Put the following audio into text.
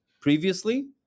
previously